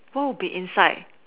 what would be inside